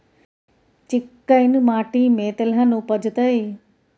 चिक्कैन माटी में तेलहन उपजतै?